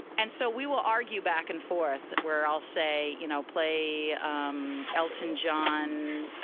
and so we will argue back and forth where i'll say, you know, play um elton john,